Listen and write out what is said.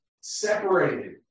Separated